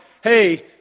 hey